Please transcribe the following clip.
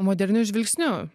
moderniu žvilgsniu